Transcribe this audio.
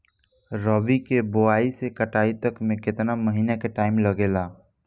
रबी के बोआइ से कटाई तक मे केतना महिना के टाइम लागेला?